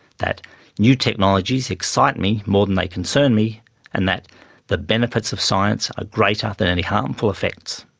that new technologies excite me more than they concern me and that the benefits of science are greater than any harmful effects.